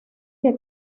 que